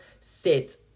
sit